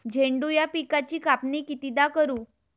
झेंडू या पिकाची कापनी कितीदा करू?